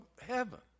heaven